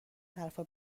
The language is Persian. حرفا